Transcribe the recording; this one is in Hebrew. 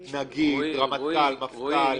נגיד, רמטכ"ל, מפכ"ל